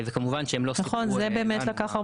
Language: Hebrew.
וכמובן שהם לא סיפרו לנו.